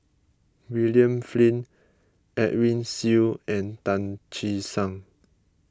William Flint Edwin Siew and Tan Che Sang